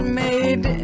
made